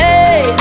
Hey